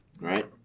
right